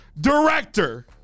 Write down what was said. Director